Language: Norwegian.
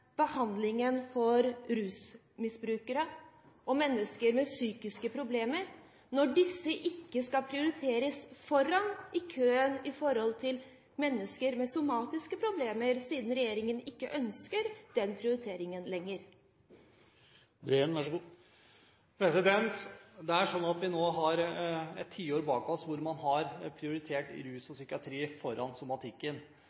behandlingen av rusmisbrukere og mennesker med psykiske problemer når disse ikke skal prioriteres foran i køen i forhold til mennesker med somatiske problemer – siden regjeringen ikke ønsker den prioriteringen lenger? Det er sånn at vi nå har et tiår bak oss hvor man har prioritert rus